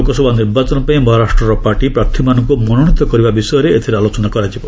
ଲୋକସଭା ନିର୍ବାଚନ ପାଇଁ ମହାରାଷ୍ଟ୍ରର ପାର୍ଟି ପ୍ରାର୍ଥୀମାନଙ୍କୁ ମନୋନୀତ କରିବା ବିଷୟରେ ଏଥିରେ ଆଲୋଚନା ହେବ